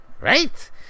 right